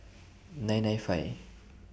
nine nine five